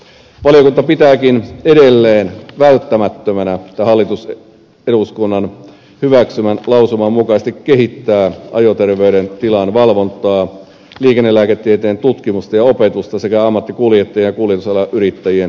valiokunta pitääkin edelleen välttämättömänä että hallitus eduskunnan hyväksymän lausuman mukaisesti kehittää ajoterveydentilan valvontaa liikennelääketieteen tutkimusta ja opetusta sekä ammattikuljettajien ja kuljetusalan yrittäjien työterveyshuoltoa